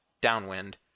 downwind